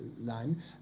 line